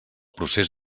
procés